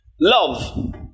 Love